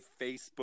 Facebook